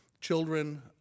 children